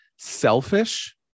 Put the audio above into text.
Selfish